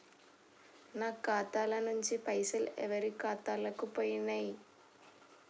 నా ఖాతా ల నుంచి పైసలు ఎవరు ఖాతాలకు పోయినయ్?